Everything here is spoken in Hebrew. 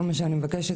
כל מה שאני מבקשת,